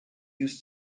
used